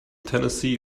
tennessee